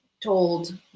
told